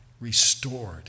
restored